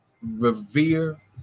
revere